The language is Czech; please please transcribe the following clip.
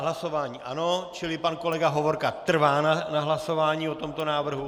Hlasování ano, čili pan kolega Hovorka trvá na hlasování o tomto návrhu.